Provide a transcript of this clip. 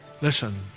Listen